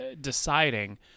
deciding